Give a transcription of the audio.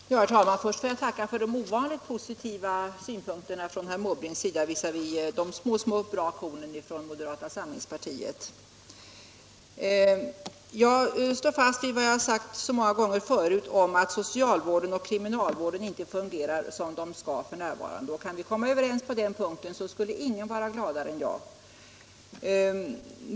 Herr talman! Till att börja med får jag tacka för de ovanligt positiva synpunkterna från herr Måbrink visavi de små bra kornen från moderata samlingspartiet. Jag står fast vid vad jag har sagt så många gånger förut att socialvården och kriminalvården inte fungerar som de skall f.n. Kan vi komma överens på den punkten skulle ingen vara gladare än jag.